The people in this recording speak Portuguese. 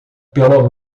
pelo